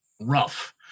rough